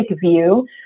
view